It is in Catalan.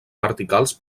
verticals